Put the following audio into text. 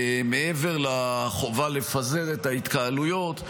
מעבר לחובה לפזר את ההתקהלויות.